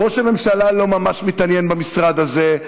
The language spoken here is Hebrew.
גם ראש הממשלה לא ממש מתעניין במשרד הזה.